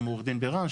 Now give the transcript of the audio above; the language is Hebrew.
גם מעו"ד בירן,